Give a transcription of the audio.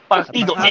Partido